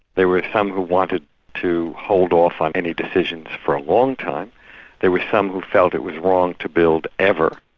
there were some who wanted to hold off on any decisions for a long time. there were some who felt it was wrong to build ever,